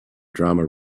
drama